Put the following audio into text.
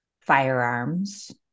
firearms